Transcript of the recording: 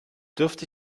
dürfte